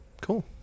cool